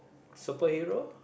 super hero